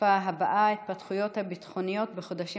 הדחופה הבאה: ההתפתחויות הביטחוניות בחודשים